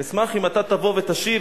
אשמח אם אתה תבוא ותשיב.